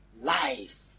life